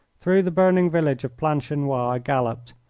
through the burning village of planchenoit i galloped,